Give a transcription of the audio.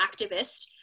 activist